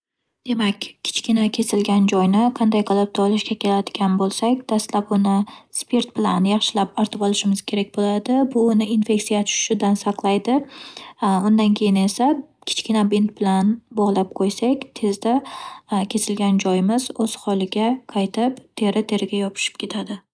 Demak, kichkina kesilgan joyni qanday qilib tozalashga keladigan bo'lsak, dastlab uni spirt bilan yaxshilab artib olishimiz kerak bo'ladi. Bu uni infeksiya tushishidan saqlaydi. Undan keyin esa kichkina bint bilan bog'lab qo'ysak, tezda kesilgan joyimiz o'z holiga qaytib, teri-teriga yopishib ketadi.